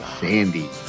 Sandy